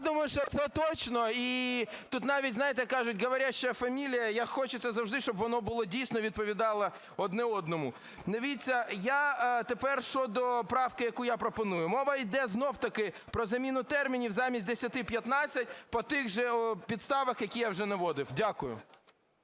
Я думаю, що це точно, і тут навіть, знаєте, як кажуть "говорящая фамилия". Як хочеться завжди, щоб воно було, дійсно, відповідало одне одному. Дивіться, я тепер щодо правки, яку я пропоную. Мова йде знову ж таки про заміну термінів: замість 10 – 15, - по тих же підставах, які я вже наводив. Дякую.